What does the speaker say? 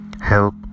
help